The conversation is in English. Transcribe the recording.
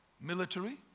military